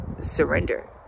surrender